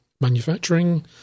manufacturing